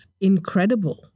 incredible